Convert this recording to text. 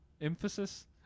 Emphasis